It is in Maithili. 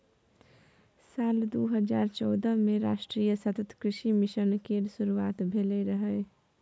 साल दू हजार चौदह मे राष्ट्रीय सतत कृषि मिशन केर शुरुआत भेल रहै